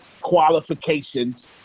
qualifications